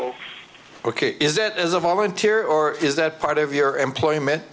well ok is it as a volunteer or is that part of your employment